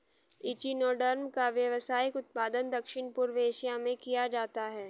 echinoderm का व्यावसायिक उत्पादन दक्षिण पूर्व एशिया में किया जाता है